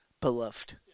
beloved